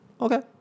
Okay